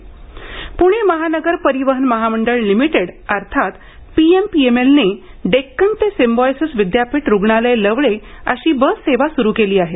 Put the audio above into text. प्णे महानगर परिवहन महामंडळ लिमिटेड अर्थात पीएमपीएमएलने डेक्कन ते सिंबायोसिस विद्यापीठ रुग्णालय लवळे अशी बससेवा सुरू केली आहे